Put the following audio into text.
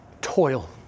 toil